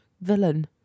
villain